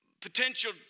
potential